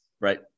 right